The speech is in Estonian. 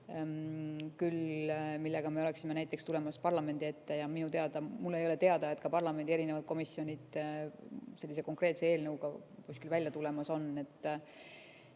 millega me oleksime näiteks tulemas parlamendi ette. Ja mulle ei ole teada, et ka parlamendi erinevad komisjonid sellise konkreetse eelnõuga välja tulemas on.